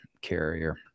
carrier